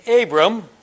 Abram